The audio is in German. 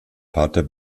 vater